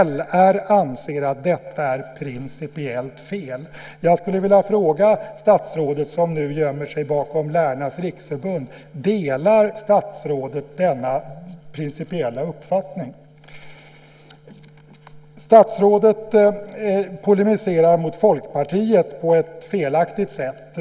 LR anser att detta är principiellt fel. Jag skulle vilja fråga statsrådet, som nu gömmer sig bakom Lärarnas Riksförbund: Delar statsrådet denna principiella uppfattning? Statsrådet polemiserar mot Folkpartiet på ett felaktigt sätt.